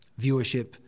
viewership